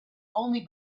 only